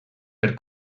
per